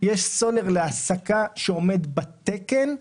יש סולר להסקה שעומד בתקן,